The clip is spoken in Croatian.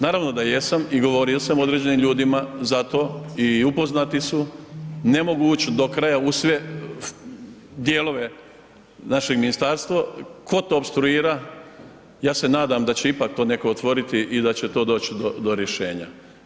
Naravno da jesam i govorio sam određenim ljudima za to, i upoznati su, ne mogu ući do kraja u sve dijelove našeg ministarstva, tko to opstruira, ja se nadam da će ipak to neko otvoriti i da će to doći do rješenja.